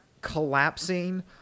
collapsing